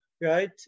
right